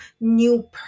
new